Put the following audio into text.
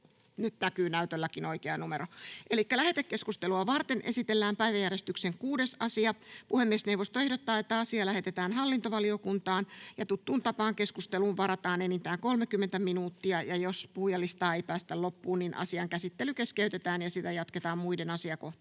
muuttamisesta Time: N/A Content: Lähetekeskustelua varten esitellään päiväjärjestyksen 6. asia. Puhemiesneuvosto ehdottaa, että asia lähetetään hallintovaliokuntaan. Tuttuun tapaan keskusteluun varataan enintään 30 minuuttia ja jos puhujalistaa ei päästä loppuun, asian käsittely keskeytetään ja sitä jatketaan muiden asiakohtien